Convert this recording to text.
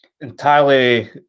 entirely